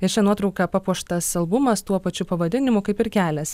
ir šia nuotrauka papuoštas albumas tuo pačiu pavadinimu kaip ir kelias